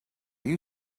you